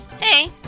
hey